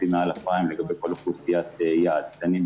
מעל הפריים לגבי כל אוכלוסיית יעד: קטנים,